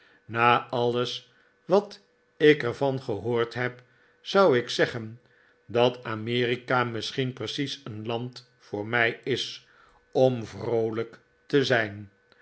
na alles wat ik er van gehoord heb zou ik zeggen dat amerika misschien precies een land voor mij is om vroolijk te zijn